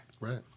Right